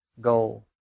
goal